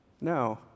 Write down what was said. No